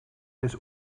this